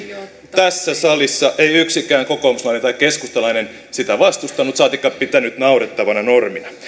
tässä salissa ei yksikään kokoomuslainen tai keskustalainen sitä vastustanut saatikka pitänyt naurettavana normina